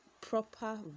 proper